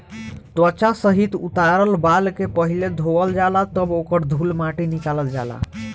त्वचा सहित उतारल बाल के पहिले धोवल जाला तब ओकर धूल माटी निकालल जाला